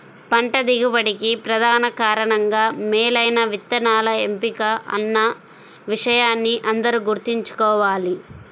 పంట దిగుబడికి ప్రధాన కారణంగా మేలైన విత్తనాల ఎంపిక అన్న విషయాన్ని అందరూ గుర్తుంచుకోవాలి